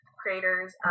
creators